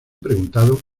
preguntado